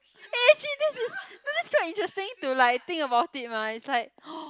eh actually this is this quite interesting to like think about it mah it's like